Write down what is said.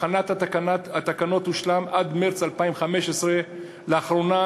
הכנת התקנות תושלם עד מרס 2015. לאחרונה